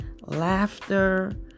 laughter